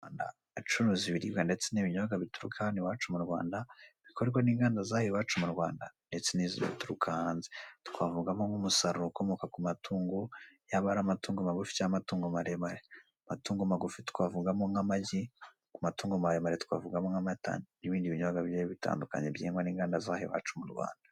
Abacuruzi ibiribwa ndetse n'ibinyobwa bituruka hano iwacu mu Rwanda bikorwa n'inganda zaha iwacu mu Rwanda ndetse n'izituruka hanze. Twavugamo nk'umusaruro uturuka ku matungo magufi cyangwa maremare. Amatungo magufi twavugamo nk'amagi, amatungo maremare twavugamo nk'amata n'ibindi binyobwa bigiye bitandukanye byino munganda iwacu mu Rwanda.